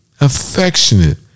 affectionate